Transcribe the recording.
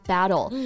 Battle